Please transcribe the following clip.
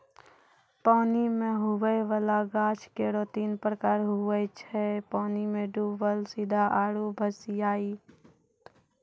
पानी मे हुवै वाला गाछ केरो तीन प्रकार हुवै छै पानी मे डुबल सीधा आरु भसिआइत